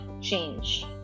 change